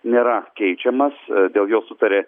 nėra keičiamas dėl jo sutarė